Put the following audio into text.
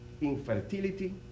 infertility